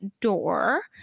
door